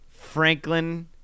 Franklin